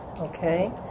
Okay